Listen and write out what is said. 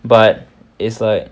but it's like